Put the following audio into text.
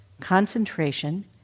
concentration